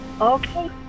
Okay